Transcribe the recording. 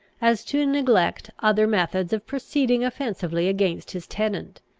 as to neglect other methods of proceeding offensively against his tenant.